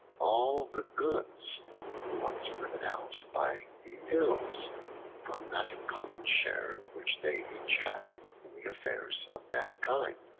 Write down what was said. all the goods were once driven out by the ills from that common share which they each had in the affairs of mankind